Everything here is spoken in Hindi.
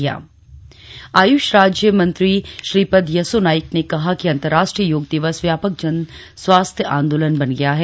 मेरा जीवन मेरा योग आयुष राज्य मंत्री श्रीपद यसो नाइक ने कहा कि अंतरराष्ट्रीय योग दिवस व्यापक जन स्वास्थ्य आंदोलन बन गया है